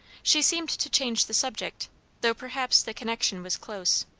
she seemed to change the subject though perhaps the connection was close.